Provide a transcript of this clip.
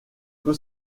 peut